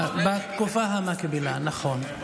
בתקופה המקבילה, נכון.